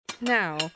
Now